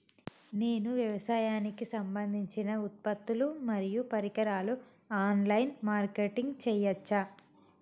నేను వ్యవసాయానికి సంబంధించిన ఉత్పత్తులు మరియు పరికరాలు ఆన్ లైన్ మార్కెటింగ్ చేయచ్చా?